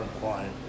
client